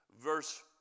verse